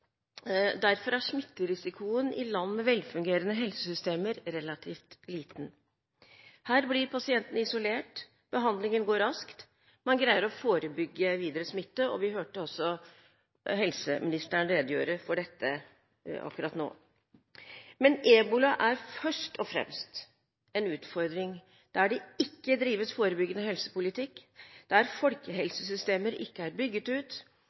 Derfor er smitterisikoen i land med velfungerende helsesystemer relativt liten. Her blir pasientene isolert, behandlingen går raskt, og man greier å forebygge videre smitte. Vi hørte også helseministeren redegjøre for dette akkurat nå. Ebola er først og fremst en utfordring der det ikke drives forebyggende helsepolitikk, der folkehelsesystemer ikke er bygd ut,